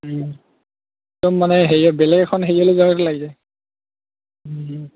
একদম মানে হেৰিয়ৰ বেলেগ এখন হেৰিয়লে যোৱাৰ গ'তে লাগিছে